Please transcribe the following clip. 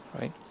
right